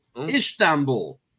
istanbul